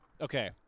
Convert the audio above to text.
Okay